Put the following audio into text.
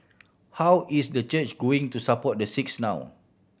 how is the church going to support the six now